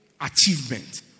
achievement